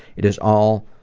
it is all